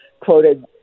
quoted